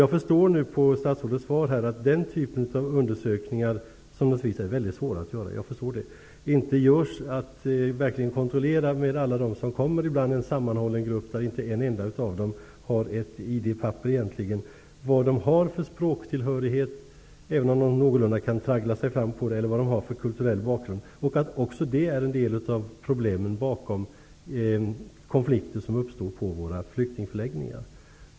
Jag förstår nu av statsrådets svar att den typen av undersökningar, som jag naturligtvis förstår är svåra att göra, inte görs. Det gäller att verkligen kontrollera vad alla dem som kommer -- det kan ibland vara fråga om en sammanhållen grupp där inte en enda av dem egentligen har ett id-papper -- har för språktillhörighet, vilka språk de kan traggla sig fram med eller vad de har för kulturell bakgrund. Också det är ett av problemen bakom de konflikter som uppstår på flyktingsförläggningarna.